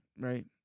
Right